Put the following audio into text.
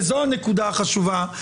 וזו הנקודה החשובה,